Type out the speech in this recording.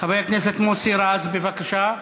חבר הכנסת מוסי רז, בבקשה.